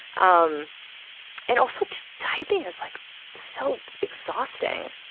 um and also, just typing is like so exhausting.